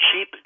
cheap